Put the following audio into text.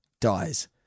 dies